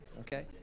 okay